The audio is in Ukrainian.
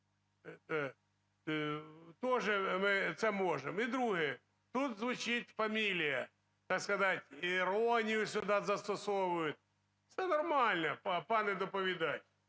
Теж ми це можемо. І друге. Тут звучить фамілія, так би мовити, іронію сюди застосовують. Це нормально, пане доповідач,